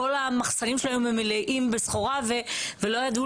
כל המחסנים שלנו היו מלאים בסחורה ולא ידעו